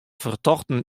fertochten